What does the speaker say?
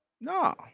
No